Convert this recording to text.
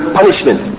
punishment